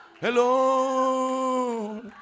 Hello